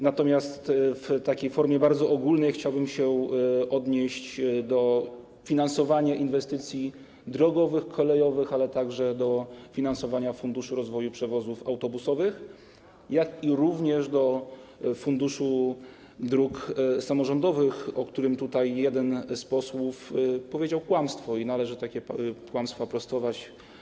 Natomiast w takiej formie bardzo ogólnej chciałbym się odnieść do finansowania inwestycji drogowych, kolejowych, ale także do finansowania funduszu rozwoju przewozów autobusowych, jak również do Funduszu Dróg Samorządowych, o którym tutaj jeden z posłów powiedział kłamstwo i takie kłamstwa należy prostować.